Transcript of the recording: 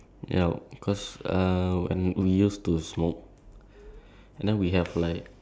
okay for me it's like not not in the classroom experience lah but like as a school as a whole